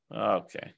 okay